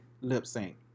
lip-sync